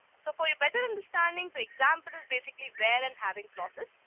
so for your better understanding the example is basically where and having clauses.